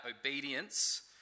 obedience